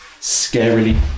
scarily